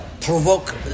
provoke